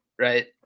right